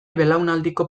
belaunaldiko